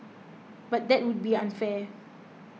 but that would be unfair